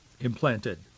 implanted